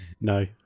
no